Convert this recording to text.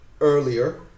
Earlier